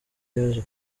yaje